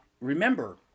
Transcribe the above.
remember